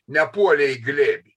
nepuolė į glėbį